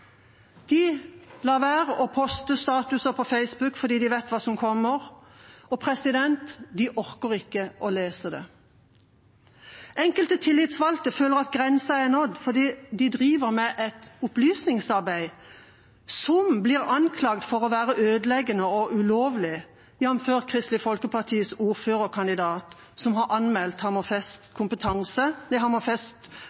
De lar være å poste statuser på Facebook fordi de vet hva som kommer, og de orker ikke å lese det. Enkelte tillitsvalgte føler at grensen er nådd fordi de driver med et opplysningsarbeid som blir anklaget for å være ødeleggende og ulovlig, jr. Kristelig Folkepartis ordførerkandidat, som har anmeldt Hammerfest